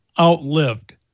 outlived